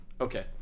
okay